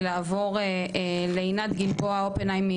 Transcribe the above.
ולעבור לעינת גלבוע אופנהיים,